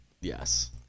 yes